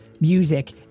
music